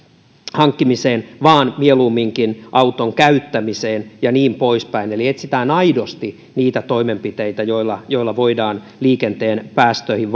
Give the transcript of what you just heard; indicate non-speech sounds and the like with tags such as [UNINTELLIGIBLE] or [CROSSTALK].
hankkimiseen vaan mieluumminkin auton käyttämiseen ja niin poispäin eli etsitään aidosti niitä toimenpiteitä joilla joilla voidaan liikenteen päästöihin [UNINTELLIGIBLE]